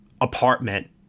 apartment